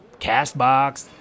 CastBox